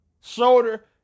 shoulder